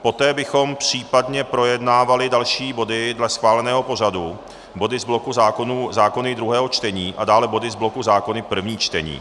Poté bychom případně projednávali další body dle schváleného pořadu body z bloku zákony druhého čtení a dále body z bloku zákony první čtení.